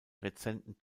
rezenten